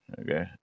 Okay